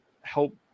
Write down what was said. help